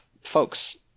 folks